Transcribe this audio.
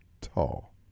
tall